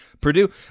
Purdue